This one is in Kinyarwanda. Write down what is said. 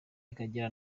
y’akagera